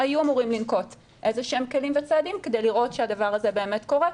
היו אמורים לנקוט איזשהם כלים וצעדים כדי לראות שהדבר הזה באמת קורה,